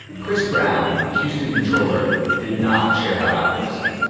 chris brown, the houston comptroller, did not share that optimism.